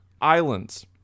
Islands